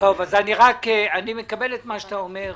אני מקבל את מה שאתה אומר.